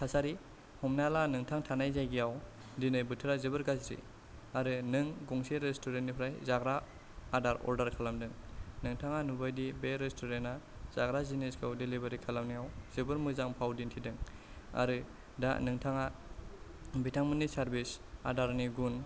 थासारि हमना ला नोंथां थानाय जायगायाव दिनै बोथोरा जोबोर गाज्रि आरो नों गंसे रेस्टुरेन्टनिफ्राय जाग्रा आदार अर्डार खालामदों नोंथाङा नुबायदि बे रेस्टुरेन्टआ जाग्रा जिनिसखौ डेलिभारि खालामनायाव जोबोर मोजां फाव दिन्थिदों आरो दा नोंथाङा बिथांमोननि सार्भिस आदारनि गुन